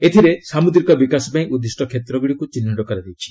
ଏଥିରେ ସାମୁଦ୍ରିକ ବିକାଶ ପାଇଁ ଉଦ୍ଦିଷ୍ଟ କ୍ଷେତ୍ରଗୁଡ଼ିକୁ ଚିହ୍ନଟ କରାଯାଇଛି